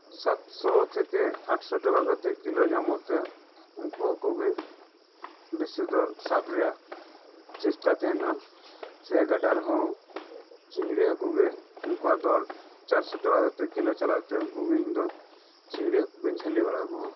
ᱥᱟᱛᱥᱚ ᱛᱷᱮᱠᱮ ᱟᱴᱥᱚ ᱴᱟᱠᱟ ᱠᱟᱛᱮᱜ ᱠᱤᱞᱚ ᱧᱟᱢᱚᱜ ᱛᱮ ᱩᱠᱠ ᱩ ᱦᱟᱠᱩᱜᱮ ᱵᱮᱥᱤᱫᱚ ᱥᱟᱵᱨᱮᱭᱟᱜ ᱪᱮᱥᱴᱟ ᱛᱟᱦᱮᱱᱟ ᱥᱮ ᱜᱟᱰᱟ ᱨᱮᱦᱚᱸ ᱪᱤᱝᱲᱤ ᱦᱟᱹᱠᱩᱜᱤ ᱩᱱᱠᱩᱣᱟᱜ ᱫᱚᱨ ᱪᱟᱨᱥᱚ ᱴᱟᱠᱟ ᱠᱟᱛᱮᱫ ᱠᱤᱞᱚ ᱪᱟᱞᱟᱜ ᱛᱮ ᱩᱱᱠᱩᱜᱤ ᱤᱧᱫᱚ ᱪᱤᱝᱲᱤ ᱦᱟᱹᱠᱩ ᱜᱤᱧ ᱡᱷᱟᱹᱞᱤ ᱵᱟᱲᱟ ᱠᱚᱣᱟ